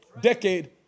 decade